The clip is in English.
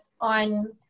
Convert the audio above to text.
on